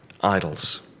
idols